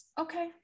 Okay